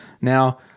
Now